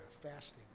fasting